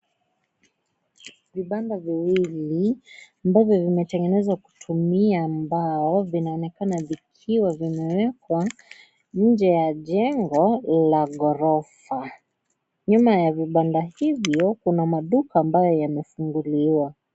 Vibanda viwili ambavyo vimetengenezwa kutumia mbao vinaonekana vikiwa vimewekwa nje ya jengo la ghorofa. Nyuma ya vibanda hivyo kuna maduka ambayo yamefunguliwa.